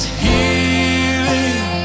healing